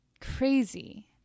crazy